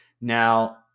Now